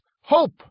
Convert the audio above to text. Hope